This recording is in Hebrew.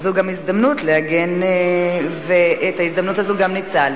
וזו גם הזדמנות להגן, ואת ההזדמנות הזאת גם ניצלת.